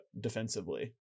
defensively